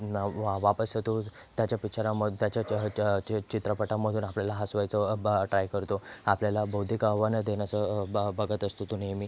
वा वापस तो त्याच्या पिच्चारांमध्ये त्याच्या चित्रपटांमधून आपल्याला हसवायचा ब ट्राय करतो आपल्याला बौद्धिक आव्हानं देण्याचं ब बघत असतो तो नेहमी